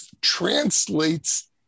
translates